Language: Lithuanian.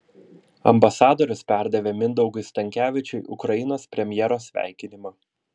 ambasadorius perdavė mindaugui stankevičiui ukrainos premjero sveikinimą